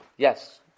Yes